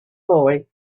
boy